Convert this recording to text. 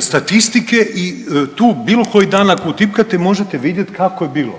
statistike i tu bilo koji dan ako utipkate možete vidjet kako je bilo,